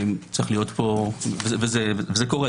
וזה קורה,